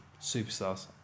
superstars